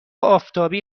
آفتابی